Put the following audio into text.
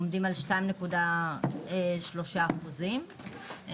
עומדים על 2.3 אחוזים,